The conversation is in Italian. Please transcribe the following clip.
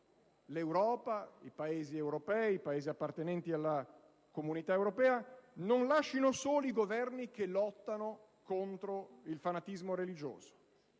all'Europa è importante perché i Paesi appartenenti alla Comunità europea non lascino soli i Governi che lottano contro il fanatismo religioso